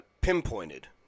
pinpointed